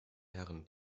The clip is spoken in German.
herren